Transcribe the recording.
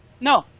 No